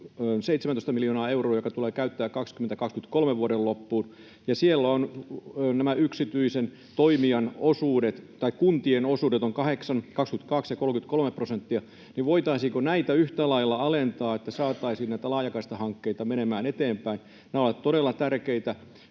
17 miljoonaa euroa, joka tulee käyttää vuoden 2023 loppuun, ja siellä kuntien osuudet ovat 8, 22 ja 33 prosenttia: voitaisiinko näitä yhtä lailla alentaa, että saataisiin laajakaistahankkeita menemään eteenpäin? Nämä ovat todella tärkeitä